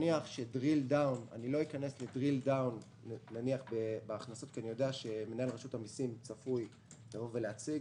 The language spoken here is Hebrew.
לא אכנס לדריל-דאון בהכנסות כי אני יודע שמנהל רשות המסים צפוי להציג,